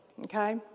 okay